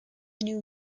new